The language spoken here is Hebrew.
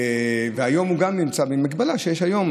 היום הוא גם נמצא במגבלה שיש היום,